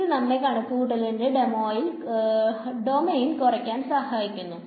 ഇത് നമ്മെ കണക്കുകൂട്ടലിന്റെ ഡോമെയിൻ കുറക്കാൻ സഹായിക്കുന്നു